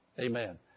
Amen